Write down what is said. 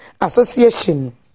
association